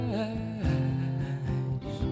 eyes